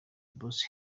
bruce